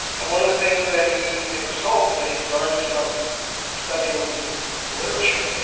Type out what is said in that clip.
and one of the things that he had been told and that he'd learned from studying the the literature